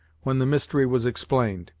when the mystery was explained.